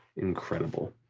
incredible.